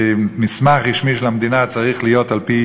שמסמך רשמי של המדינה צריך להיות על-פי